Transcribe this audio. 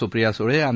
Supriya Sule आ